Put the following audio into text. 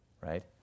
right